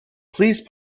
please